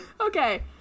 Okay